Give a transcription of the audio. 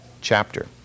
chapter